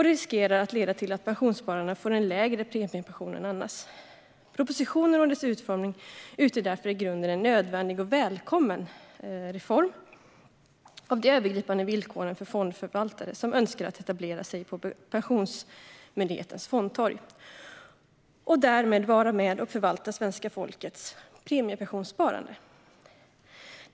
De riskerar att leda till att pensionsspararna får en lägre premiepension än annars. Propositionen och dess utformning utgör därför i grunden en nödvändig och välkommen reform av de övergripande villkoren för fondförvaltare som önskar etablera sig på Pensionsmyndighetens fondtorg. De får därmed vara med och förvalta svenska folkets premiepensionssparande.